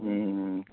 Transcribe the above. ওম